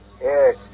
Yes